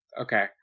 okay